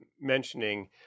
mentioning